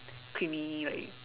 creamy right